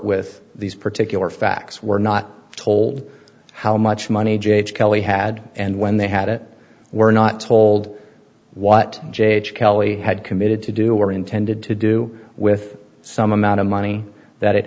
with these particular facts were not told how much money james kelly had and when they had it were not told what j j kelley had committed to do or intended to do with some amount of money that it